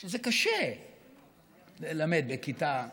שזה קשה ללמד בכיתה הטרוגנית.